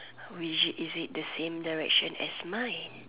which is it the same direction as mine